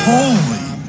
Holy